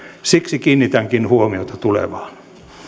siksi kiinnitänkin huomiota tulevaan